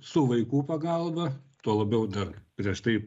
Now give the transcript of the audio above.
su vaikų pagalba tuo labiau dar prieš tai